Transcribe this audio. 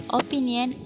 opinion